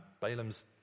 Balaam's